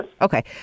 Okay